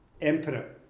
emperor